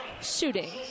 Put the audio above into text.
shooting